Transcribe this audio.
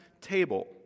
table